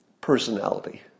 personality